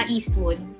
Eastwood